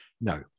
No